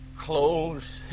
Clothes